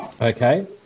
Okay